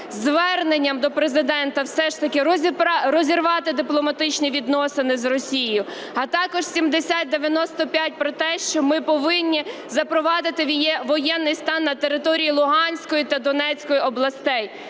із зверненням до Президента все ж таки розірвати дипломатичні відносини з Росією, а також 7095 – про те, що ми повинні запровадити воєнний стан на території Луганської та Донецької областей,